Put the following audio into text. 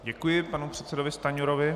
Děkuji panu předsedovi Stanjurovi.